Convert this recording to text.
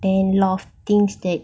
then lot of things that